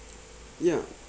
ya